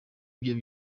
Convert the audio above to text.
byo